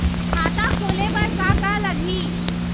खाता खोले बर का का लगही?